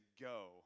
go